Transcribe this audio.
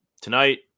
tonight